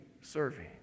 serving